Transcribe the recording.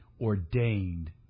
ordained